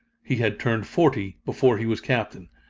he had turned forty, before he was captain.